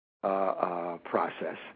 process